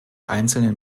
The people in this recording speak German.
einzelnen